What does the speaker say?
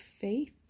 faith